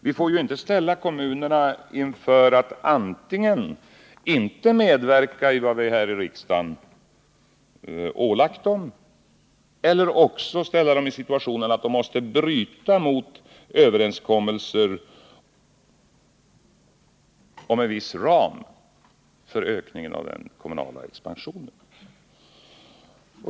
Vi får inte ställa kommunerna inför valet antingen att inte medverka till vad vi här i riksdagen ålagt dem eller att bryta mot överenskommelser om en viss ram för den kommunala expansionen.